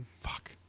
Fuck